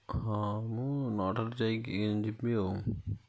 ହଁ ମୁଁ ନଅଟାରେ ଯାଇକି ଯିବି ଆଉ